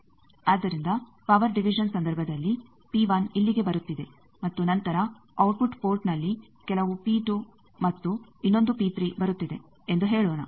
ಆದ್ದರಿಂದ power division ಸಂದರ್ಭದಲ್ಲಿ ಇಲ್ಲಿಗೆ ಬರುತ್ತಿದೆ ಮತ್ತು ನಂತರ ಔಟ್ಪುಟ್ ಪೋರ್ಟ್ನಲ್ಲಿ ಕೆಲವು ಮತ್ತು ಇನ್ನೊಂದು ಬರುತ್ತಿದೆ ಎಂದು ಹೇಳೋಣ